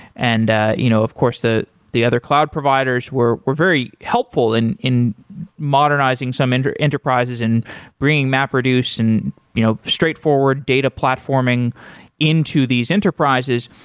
and ah you know of course, the the other cloud providers were were very helpful in in modernizing some and enterprises and bringing map-produced and you know straightforward data platforming into these enterprises.